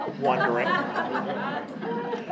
wondering